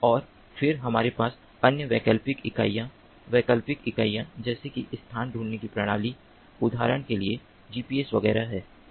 और फिर हमारे पास अन्य वैकल्पिक इकाइयाँ वैकल्पिक इकाइयाँ जैसे कि स्थान ढूँढने की प्रणाली उदाहरण के लिए GPS वगैरह हैं